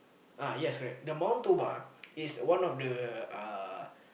ah yes correct the Mount-Toba is one of the uh